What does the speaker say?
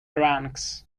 ranks